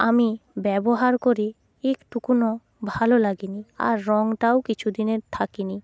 আমি ব্যবহার করে একটুকুনও ভালো লাগেনি আর রঙটাও কিছুদিনের থাকেনি